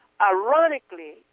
ironically